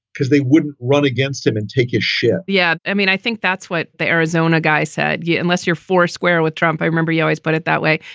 because they would run against him and take his shit yeah. i mean, i think that's what the arizona guy said. yeah unless you're foursquare with trump, i remember you always put it that way.